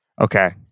Okay